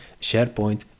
SharePoint